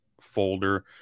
folder